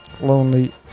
Lonely